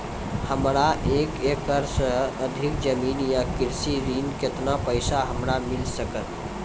हमरा एक एकरऽ सऽ अधिक जमीन या कृषि ऋण केतना पैसा हमरा मिल सकत?